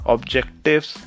Objectives